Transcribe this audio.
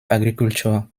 agriculture